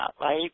right